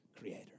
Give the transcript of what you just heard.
creator